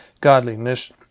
godliness